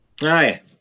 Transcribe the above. Hi